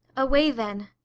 away, then!